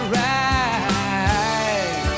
right